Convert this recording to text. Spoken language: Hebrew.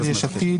של יש עתיד,